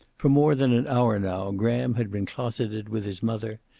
for more than an hour now graham had been closeted with his mother,